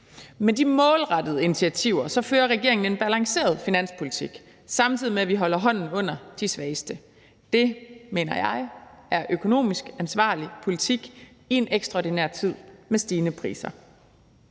Med de målrettede initiativer fører regeringen en balanceret finanspolitik, samtidig med at vi holder hånden under de svageste. Det mener jeg er økonomisk ansvarlig politik i en ekstraordinær tid med stigende priser.